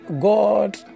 God